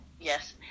Yes